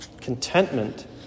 Contentment